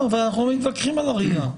אנחנו לא מתווכחים על הראייה.